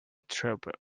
triplet